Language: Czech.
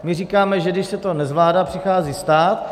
My říkáme, že když se to nezvládá, přichází stát.